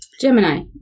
Gemini